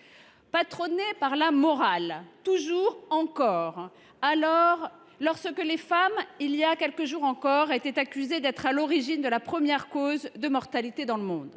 « Patronnée par la morale », c’est toujours d’actualité, lorsque, voilà quelques jours encore, les femmes étaient accusées d’être à l’origine de la première cause de mortalité dans le monde.